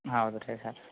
ಹೌದು ರೀ ಸರ್